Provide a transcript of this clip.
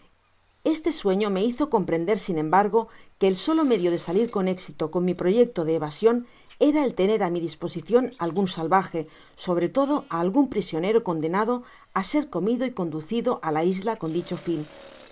este sueño me hizo comprender sin embargo que el solo medio de salir con éxito con mi proyecto de evasion era el tener á mi disposicion algun salvaje sobre todo á algun prisionero condenado á ser comido y conducido á la isla con dicho fin